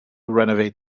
renovate